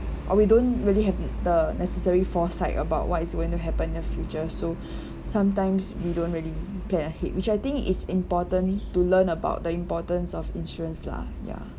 or we don't really have the necessary foresight about what is going to happen in the future so sometimes we don't really plan ahead which I think it's important to learn about the importance of insurance lah ya